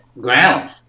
ground